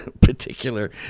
particular